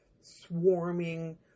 swarming